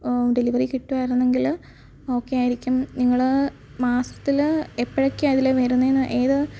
delivery കിട്ടുവായിരുന്നെങ്കിൽ okay ആയിരിക്കും നിങ്ങൾ മാസത്തിൽ എപ്പോഴൊക്കെയാണ് ഇതിലെ വരുന്നതെന്ന് ഏത്